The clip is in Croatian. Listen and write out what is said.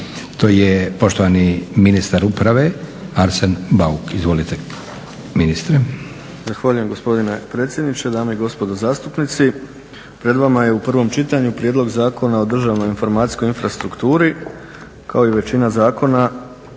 To je poštovani ministar uprave Arsen Bauk. Izvolite ministre. **Bauk, Arsen (SDP)** Zahvaljujem gospodine predsjedniče. Dame i gospodo zastupnici, pred vama je u prvom čitanju prijedlog Zakona o državnoj informacijskoj infrastrukturi kao i većina zakona